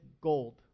gold